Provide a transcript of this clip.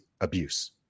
abuse